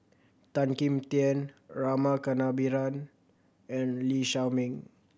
Tan Kim Tian Rama Kannabiran and Lee Shao Meng